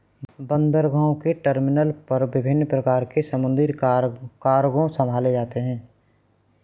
बंदरगाहों के टर्मिनल पर विभिन्न प्रकार के समुद्री कार्गो संभाले जाते हैं